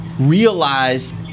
realize